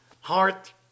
heart